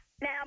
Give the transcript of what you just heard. Now